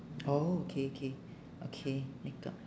oh K K okay makeup